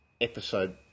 episode